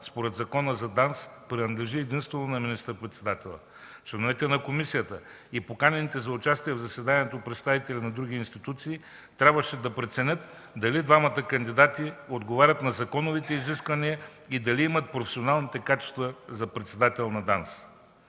според Закона за ДАНС, принадлежи единствено на министър-председателя. Членовете на комисията и поканените за участие в заседанието представители на други институции трябваше да преценят дали двамата кандидати отговарят на законовите изисквания и дали имат професионалните качества за председател на ДАНС.